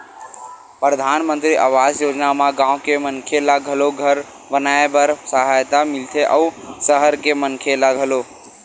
परधानमंतरी आवास योजना म गाँव के मनखे ल घलो घर बनाए बर सहायता मिलथे अउ सहर के मनखे ल घलो